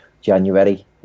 January